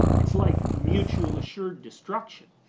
it's like mutual assured destruction,